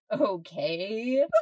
Okay